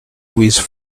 louise